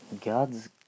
Gods